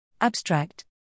Abstract